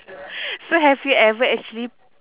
so have you ever actually